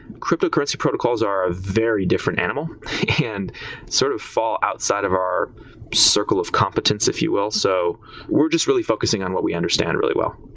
cryptocurrency protocols are a very different animal and sort of fall outside of our circle of competence, if you will. so we're just really focusing on what we understand really well.